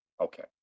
Okay